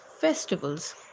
Festivals